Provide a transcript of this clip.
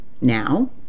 now